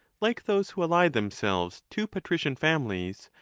like those who ally themselves to patri cian families,